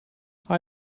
hij